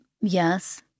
yes